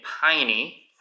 piney